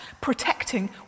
protecting